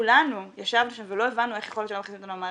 וכולנו ישבנו שם ולא הבנו איך יכול להיות שלא מכניסים אותנו למערכת,